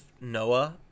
Noah